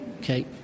Okay